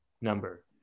number